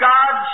God